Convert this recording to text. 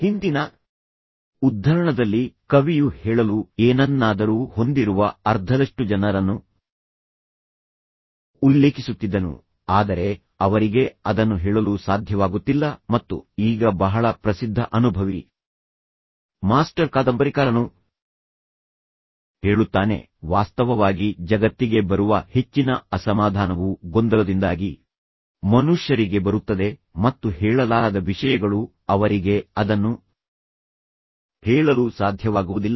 ಹಿಂದಿನ ಉದ್ಧರಣದಲ್ಲಿ ಕವಿಯು ಹೇಳಲು ಏನನ್ನಾದರೂ ಹೊಂದಿರುವ ಅರ್ಧದಷ್ಟು ಜನರನ್ನು ಉಲ್ಲೇಖಿಸುತ್ತಿದ್ದನು ಆದರೆ ಅವರಿಗೆ ಅದನ್ನು ಹೇಳಲು ಸಾಧ್ಯವಾಗುತ್ತಿಲ್ಲ ಮತ್ತು ಈಗ ಬಹಳ ಪ್ರಸಿದ್ಧ ಅನುಭವಿ ಮಾಸ್ಟರ್ ಕಾದಂಬರಿಕಾರನು ಹೇಳುತ್ತಾನೆ ವಾಸ್ತವವಾಗಿ ಜಗತ್ತಿಗೆ ಬರುವ ಹೆಚ್ಚಿನ ಅಸಮಾಧಾನವು ಗೊಂದಲದಿಂದಾಗಿ ಮನುಷ್ಯರಿಗೆ ಬರುತ್ತದೆ ಮತ್ತು ಹೇಳಲಾಗದ ವಿಷಯಗಳು ಅವರಿಗೆ ಅದನ್ನು ಹೇಳಲು ಸಾಧ್ಯವಾಗುವುದಿಲ್ಲ